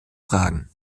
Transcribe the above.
fragen